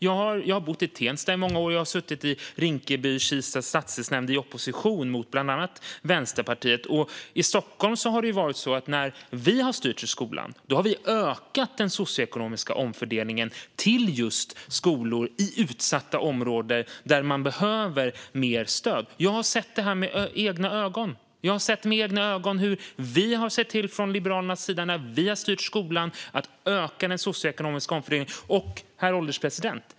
Jag har bott i Tensta i många år, och jag har suttit i Rinkeby-Kistas stadsdelsnämnd i opposition mot bland annat Vänsterpartiet. I Stockholm har vi, när vi har styrt skolan, ökat den socioekonomiska omfördelningen till skolor i utsatta områden där man behöver mer stöd. Jag har sett med egna ögon hur vi i Liberalerna, när vi har styrt skolan, har sett till att den socioekonomiska omfördelningen ökar.